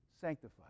sanctified